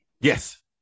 Yes